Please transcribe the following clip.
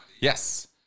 Yes